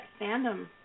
fandom